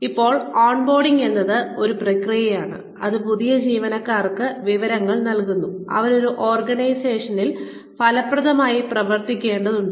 ഇപ്പോൾ onboarding എന്നത് ഒരു പ്രക്രിയയാണ് അത് പുതിയ ജീവനക്കാർക്ക് വിവരങ്ങൾ നൽകുന്നു അവർ ഒരു ഓർഗനൈസേഷനിൽ ഫലപ്രദമായി പ്രവർത്തിക്കേണ്ടതുണ്ട്